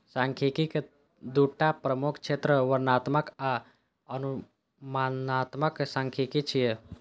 सांख्यिकी के दूटा प्रमुख क्षेत्र वर्णनात्मक आ अनुमानात्मक सांख्यिकी छियै